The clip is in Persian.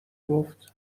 گفت